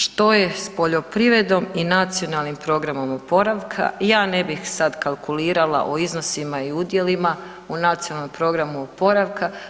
Što je s poljoprivredom i nacionalnim planom oporavka ja ne bih sad kalkulirala o iznosima i udjelima u nacionalnom planu oporavka.